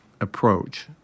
approach